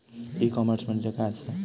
E commerce म्हणजे काय असा?